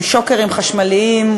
עם שוקרים חשמליים,